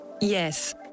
Yes